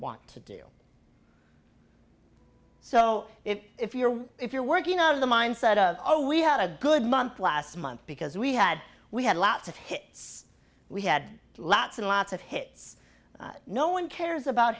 want to do so if you're if you're working out of the mindset of oh we had a good month last month because we had we had lots of hits we had lots and lots of hits no one cares about